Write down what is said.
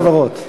ביטול החברות.